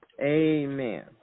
Amen